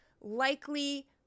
likely